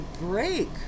break